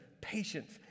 patience